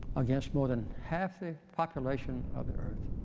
against more than half the population of the earth,